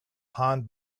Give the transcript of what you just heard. hahn